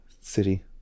city